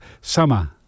summer